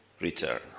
return